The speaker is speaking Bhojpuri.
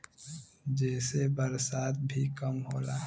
जेसे बरसात भी कम होला